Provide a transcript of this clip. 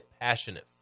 passionate